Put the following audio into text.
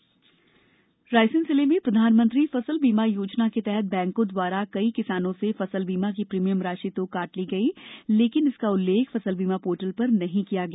फसल बीमा रायसेन जिले में प्रधानमंत्री फसल बीमा योजना के तहत बैको द्वारा कई किसानों से फसल बीमा की प्रीमियम राशि तो काट ली गई किन्तु इसका उल्लेख फसल बीमा पोर्टल पर नहीं किया गया